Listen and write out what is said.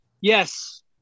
Yes